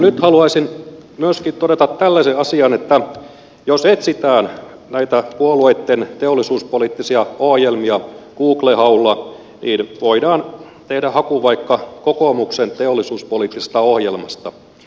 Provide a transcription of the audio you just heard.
nyt haluaisin todeta myöskin tällaisen asian että jos etsitään näitä puolueitten teollisuuspoliittisia ohjelmia google haulla niin voidaan tehdä haku vaikka kokoomuksen teollisuuspoliittisesta ohjelmasta